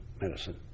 medicine